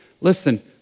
Listen